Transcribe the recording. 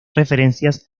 referencias